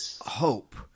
hope